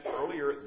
earlier